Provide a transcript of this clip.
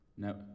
No